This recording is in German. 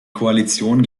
koalition